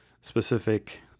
specific